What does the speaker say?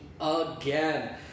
again